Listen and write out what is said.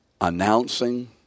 announcing